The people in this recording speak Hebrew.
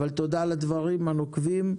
תודה על הדברים הנוקבים,